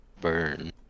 Burn